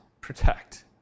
protect